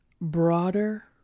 broader